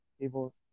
people